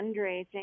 fundraising